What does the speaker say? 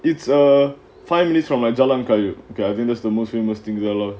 it's a five minutes from jalan kayu garvinus the most famous thing there lor